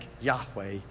Yahweh